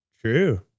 True